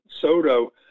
Soto